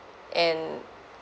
and